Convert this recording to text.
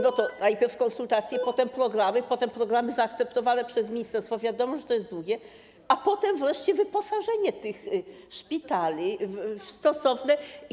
Najpierw konsultacje, potem programy, potem programy zaakceptowane przez ministerstwo - wiadomo, że to długo trwa - a potem wreszcie wyposażenie tych szpitali w stosowne.